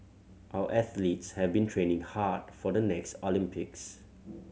our athletes have been training hard for the next Olympics